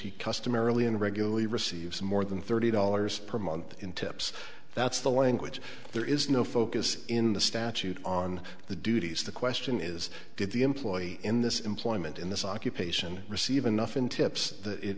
he customarily and regularly receives more than thirty dollars per month in tips that's the language there is no focus in the statute on the duties the question is did the employee in this employment in this occupation receive enough in tips that it